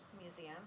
Museum